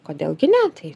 kodėl gi ne tai